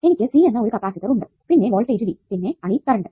എനിക്ക് C എന്ന ഒരു കപ്പാസിറ്റർ ഉണ്ട് പിന്നെ വോൾടേജ് V പിന്നെ I കറണ്ട്